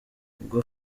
ubwo